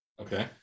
Okay